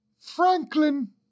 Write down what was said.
Franklin